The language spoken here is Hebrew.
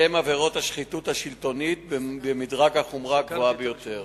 שהן עבירת השחיתות השלטונית במדרג החומרה הגבוהה ביותר,